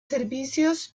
servicios